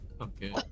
Okay